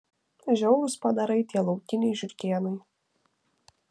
žiaurūs padarai tie laukiniai žiurkėnai